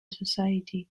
society